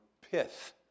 pith